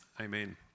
Amen